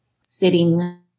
Sitting